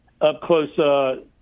up-close